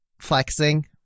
flexing